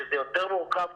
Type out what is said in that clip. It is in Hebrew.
שזה קצת יותר מורכב,